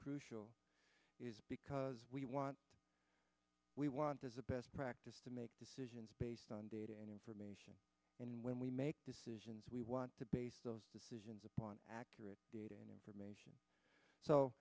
crucial is because we want we want as a best practice to make decisions based on data and information and when we make decisions we want to base those decisions upon accurate data and information so